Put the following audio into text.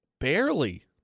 barely